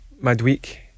midweek